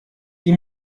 die